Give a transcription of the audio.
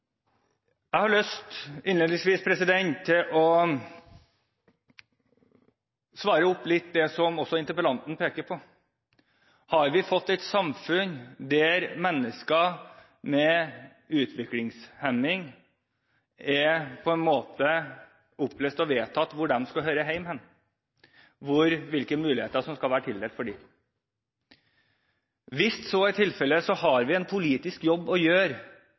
har jeg lyst til å følge litt opp det som også interpellanten peker på: Har vi fått et samfunn der det på en måte er opplest og vedtatt hvor mennesker med utviklingshemning skal høre hjemme, hvilke muligheter som skal være tildelt dem? Hvis så er tilfellet, har vi en politisk jobb å gjøre